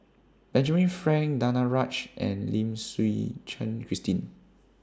Benjamin Frank Danaraj and Lim Suchen Christine